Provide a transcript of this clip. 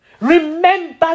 Remember